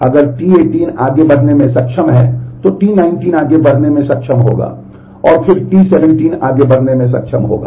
और यदि T18 आगे बढ़ने में सक्षम है तो T19 आगे बढ़ने में सक्षम होगा और फिर T17 आगे बढ़ने में सक्षम होगा